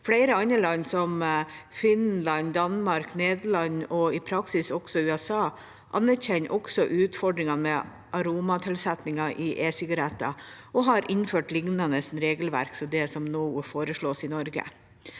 andre land, som Finland, Danmark, Nederland og i praksis også USA, anerkjenner også utfordringene med aromatilsetninger i esigaretter og har innført lignende regelverk som det som nå foreslås i Norge.